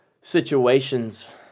situations